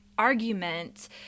argument